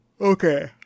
Okay